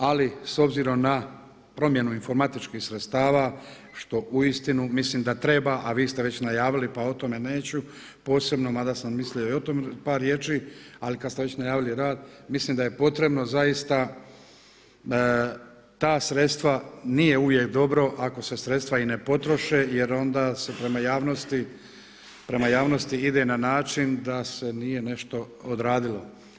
Ali s obzirom na promjenu informatičkih sredstava što uistinu mislim da treba, a vi ste već najavili pa o tome neću posebno, mada sam mislio i o tome par riječi, ali kada ste već najavili rad, mislim da je potrebno zaista ta sredstva nije uvijek dobro ako se sredstva i ne potroše jer onda se prema javnosti ide na način da se nije nešto odradilo.